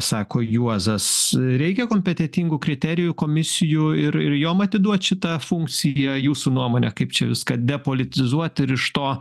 sako juozas reikia kompetentingų kriterijų komisijų ir ir jom atiduot šitą funkciją jūsų nuomone kaip čia viską depolitizuot ir iš to